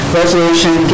resolution